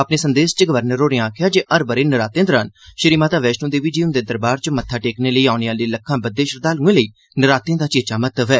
अपने संदेस च गवर्नर होरें आखेआ ऐ जे हर ब'रे नरातें दौान श्री माता वैष्णो देवी जी दे दरबार च मत्था टेकने लेई औने आह्ले लक्खां बद्दे श्रद्दालुए लेइई नरातें दा चेचा महत्व ऐ